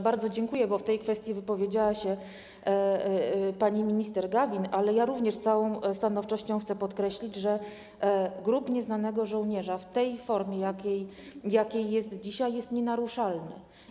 Bardzo dziękuję, bo w tej kwestii wypowiedziała się pani minister Gawin, ale ja również z całą stanowczością chcę podkreślić, że Grób Nieznanego Żołnierza w tej formie, w jakiej jest dzisiaj, jest nienaruszalny.